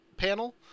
Panel